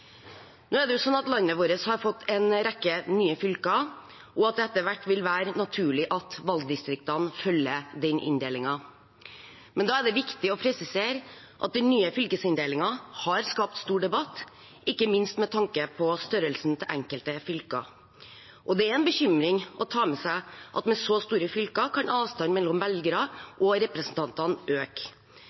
Nå er det jo slik at landet vårt har fått en rekke nye fylker, og at det etter hvert vil være naturlig at valgdistriktene følger den inndelingen. Da er det viktig å presisere at den nye fylkesinndelingen har skapt stor debatt, ikke minst med tanke på størrelsen på enkelte fylker. Og det er en bekymring å ta med seg at med så store fylker kan avstanden mellom velgerne og representantene øke.